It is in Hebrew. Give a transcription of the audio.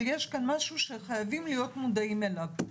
אבל יש כאן משהו שחייבים להיות מודעים אליו.